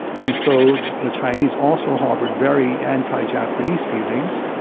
and so the chinese also harboured very anti-japanese feelings,